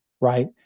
Right